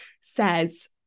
says